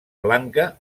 blanca